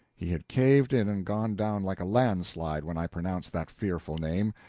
he had caved in and gone down like a landslide when i pronounced that fearful name,